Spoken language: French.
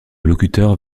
locuteurs